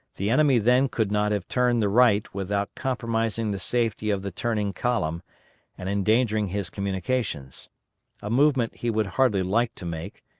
the enemy then could not have turned the right without compromising the safety of the turning column and endangering his communications a movement he would hardly like to make,